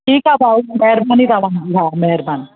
ठीकु आहे भाऊ महिरबानी अथव हा महिरबानी